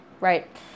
right